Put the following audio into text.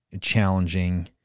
challenging